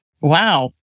wow